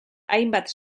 hainbat